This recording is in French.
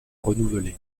renouvelée